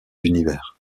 univers